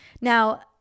Now